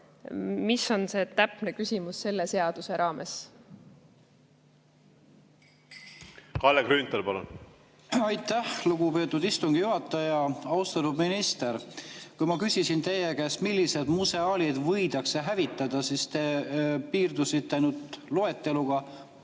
Mis on see täpne küsimus selle seaduse raames? Kalle Grünthal, palun! Aitäh, lugupeetud istungi juhataja! Austatud minister! Kui ma küsisin teie käest, millised museaalid võidakse hävitada, siis te piirdusite ainult loeteluga: